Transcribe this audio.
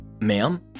Ma'am